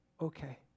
okay